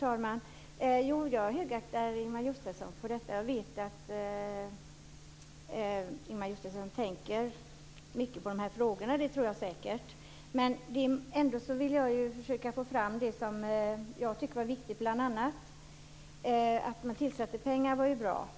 Fru talman! Jag högaktar Ingemar Josefsson för detta. Jag vet att Ingemar Josefsson tänker mycket på de här frågorna. Det tror jag säkert. Ändå vill jag försöka få fram det som jag tycker är viktigt. Att man tillfört pengar var ju bra.